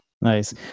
nice